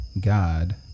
god